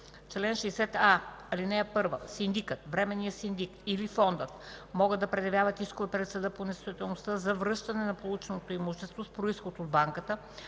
Чл. 60а. (1) Синдикът, временният синдик или фондът могат да предявяват искове пред съда по несъстоятелността за връщане на получено имущество с произход от банката